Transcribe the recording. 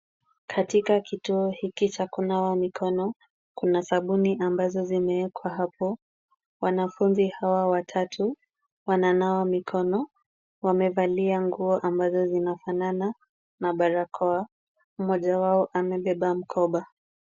Katika kituo hiki cha kunawa mikono, kuna sabuni ambazo zimewekwa hapo. Wanafunzi hawa watatu wananawa mikono. Wamevalia nguo ambazo zinafanana na barakoa. Mmoja wao amebeba mkoba.